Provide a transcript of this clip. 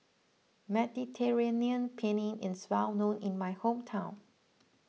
Mediterranean Penne is well known in my hometown